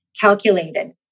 calculated